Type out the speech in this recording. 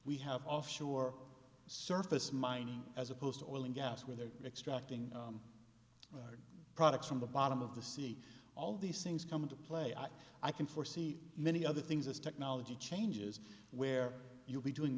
we have offshore surface mining as opposed to oil and gas where they're extracting products from the bottom of the sea all these things come into play i i can foresee many other things as technology changes where you'll be doing